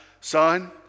son